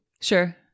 Sure